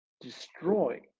destroy